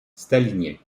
stalinien